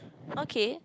okay